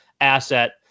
asset